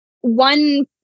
one